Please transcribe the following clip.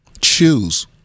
Choose